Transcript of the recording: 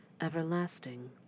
everlasting